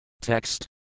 Text